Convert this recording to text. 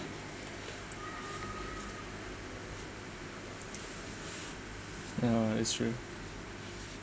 ya it's true